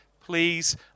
please